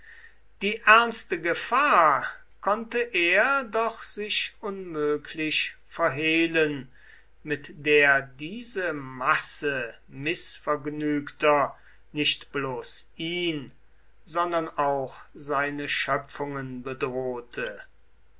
die ernste gefahr konnte er doch sich unmöglich verhehlen mit der diese masse mißvergnügter nicht bloß ihn sondern auch seine schöpfungen bedrohte